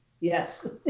Yes